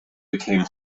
became